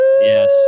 Yes